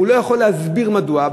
הוא לא יכול להסביר מדוע,